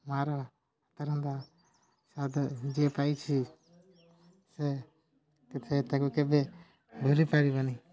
ମାଆ'ର ହାତ ରନ୍ଧା ସ୍ୱାଦ ଯିଏ ପାଇଛି ସେ ତା'କୁ କେବେ ଭୁଲି ପାରିବନି